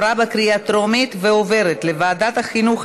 לוועדת החינוך,